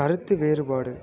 கருத்து வேறுபாடு